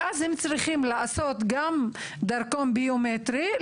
ואז הם צריכים לעשות גם דרכון ביומטרי,